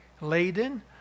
laden